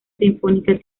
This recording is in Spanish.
sinfónica